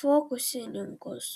fokusininkus